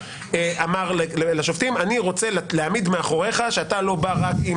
ואמר לשופטים שאני רוצה להעמיד מאחוריך שאתה לא בא רק עם